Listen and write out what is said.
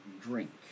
drink